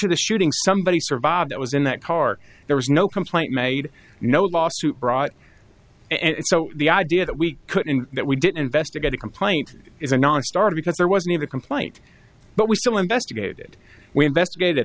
of the shooting somebody survived that was in that car there was no complaint made no lawsuit brought and so the idea that we could and that we didn't investigate a complaint is a nonstarter because there wasn't a complaint but we still investigated we investigated